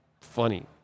funny